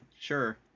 sure